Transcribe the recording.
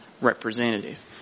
representative